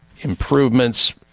improvements